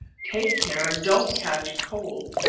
take care and don't catch cold.